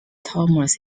thomas